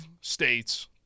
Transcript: states